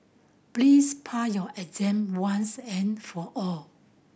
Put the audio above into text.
please pass your exam once and for all